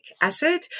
acid